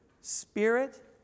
spirit